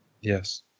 Yes